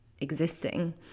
existing